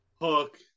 Hook